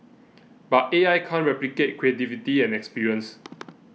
but A I can't replicate creativity and experience